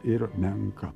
ir menka